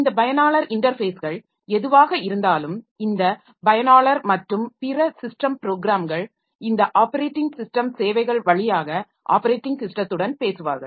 இந்த பயனாளர் இன்டர்ஃபேஸ்கள் எதுவாக இருந்தாலும் இந்த பயனாளர் மற்றும் பிற ஸிஸ்டம் ப்ரோக்ராம்கள் இந்த ஆப்பரேட்டிங் ஸிஸ்டம் சேவைகள் வழியாக ஆப்பரேட்டிங் ஸிஸ்டத்துடன் பேசுவார்கள்